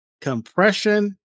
Compression